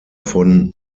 von